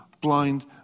blind